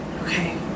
Okay